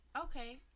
Okay